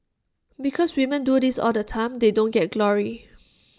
because women do this all the time they don't get glory